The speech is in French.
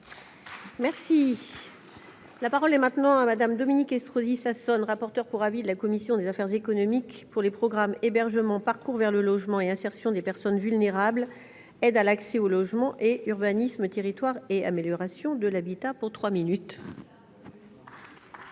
Merci. La parole est maintenant à Madame Dominique Estrosi Sassone, rapporteur pour avis de la commission des affaires économiques pour les programmes hébergement parcours vers le logement et insertion des personnes vulnérables, aide à l'accès au logement et Urbanisme territoires et amélioration de l'habitat pour 3 minutes.